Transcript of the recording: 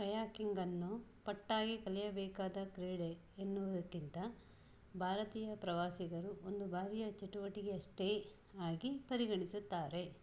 ಕಯಾಕಿಂಗನ್ನು ಪಟ್ಟಾಗಿ ಕಲಿಯಬೇಕಾದ ಕ್ರೀಡೆ ಎನ್ನುವುದಕ್ಕಿಂತ ಭಾರತೀಯ ಪ್ರವಾಸಿಗರು ಒಂದು ಬಾರಿಯ ಚಟುವಟಿಕೆಯಷ್ಟೇ ಆಗಿ ಪರಿಗಣಿಸುತ್ತಾರೆ